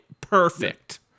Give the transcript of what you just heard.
Perfect